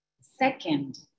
Second